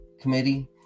committee